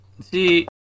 see